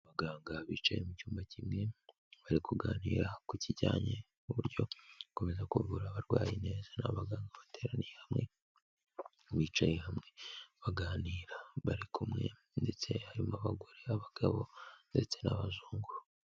Abaganga bicaye mu cyumba kimwe bari kuganira ku kijyanye n'uburyo gukomeza kuvura abarwayi neza n'abaganga bateraniye hamwe bicaye hamwe baganira bari kumwe ndetse harimo abagore, abagabo ndetse n'abazungu.